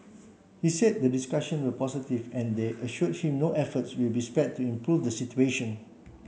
he said the discussion were positive and they assured him no efforts will be spared to improve the situation